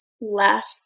left